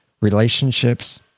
relationships